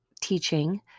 teaching